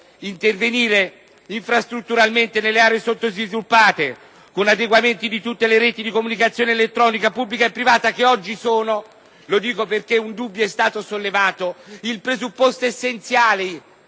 intervenire sulle infrastrutture delle aree sottosviluppate, con adeguamenti di tutte le reti di comunicazione elettronica, pubblica e privata, che oggi sono - lo dico perché un dubbio è stato sollevato - il presupposto essenziale